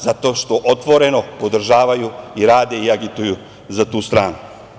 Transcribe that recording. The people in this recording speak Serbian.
Zato što otvoreno podržavaju i rade i agituju za tu stranu.